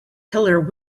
pillar